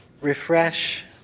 Refresh